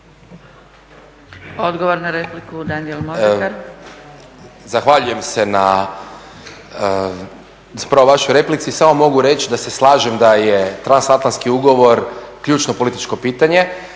**Mondekar, Daniel (SDP)** Zahvaljujem se na zapravo vašoj replici. Samo mogu reći da se slažem da je transatlantski ugovor ključno političke pitanje.